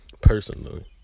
personally